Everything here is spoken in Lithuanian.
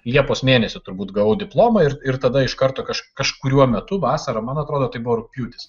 liepos mėnesį turbūt gavau diplomą ir ir tada iš karto kaž kažkuriuo metu vasarą man atrodo tai buvo rugpjūtis